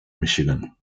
michigan